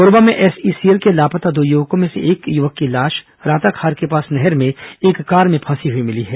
कोरबा में एसईसीएल के लापता दो युवकों में से एक युवक की लाश राताखार के पास नहर में एक कार में फंसी हुई मिली है